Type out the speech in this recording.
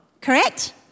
Correct